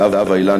זהבה אילני,